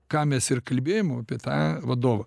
ką mes ir kalbėjom apie tą vadovą